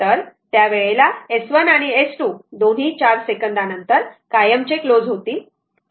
तर त्या वेळेला S1 आणि S 2 दोन्ही 4 सेकंदानंतर कायमचे क्लोज होतील बरोबर